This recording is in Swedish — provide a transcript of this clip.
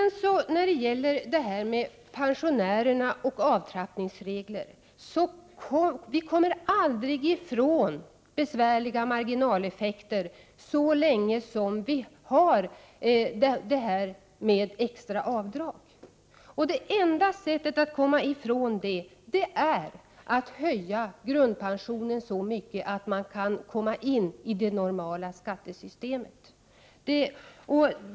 När det gäller pensionärerna och avtrappningsreglerna så kommer man aldrig ifrån besvärliga marginaleffekter så länge det finns extra avdrag. Det enda sättet att komma ifrån det är att man höjer grundpensionen så mycket att dessa personer kommer in i det normala skattesystemet.